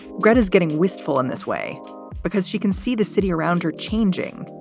greg is getting wistful in this way because she can see the city around her changing.